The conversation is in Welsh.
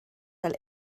fel